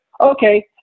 Okay